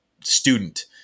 student